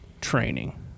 training